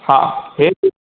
हा इहे